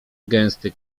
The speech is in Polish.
gęsty